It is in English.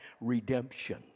redemption